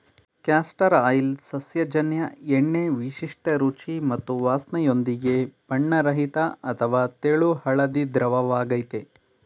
castor oil ಸಸ್ಯಜನ್ಯ ಎಣ್ಣೆ ವಿಶಿಷ್ಟ ರುಚಿ ಮತ್ತು ವಾಸ್ನೆಯೊಂದಿಗೆ ಬಣ್ಣರಹಿತ ಅಥವಾ ತೆಳು ಹಳದಿ ದ್ರವವಾಗಯ್ತೆ